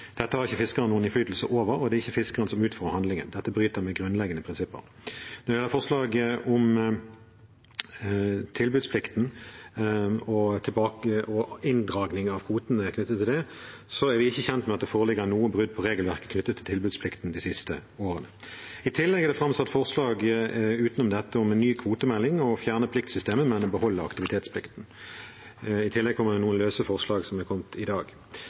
Dette har ikke fiskeren noen innflytelse over, og det er ikke fiskeren som utfører handlingen. Dette bryter med grunnleggende prinsipper. Når det gjelder forslaget om tilbudsplikten og inndraging av kvotene knyttet til det, er vi ikke kjent med at det foreligger noe brudd på regelverket knyttet til tilbudsplikten de siste årene. I tillegg er det framsatt forslag utenom dette om en ny kvotemelding og om å fjerne pliktsystemet, men beholde aktivitetsplikten. Det har også kommet noen løse forslag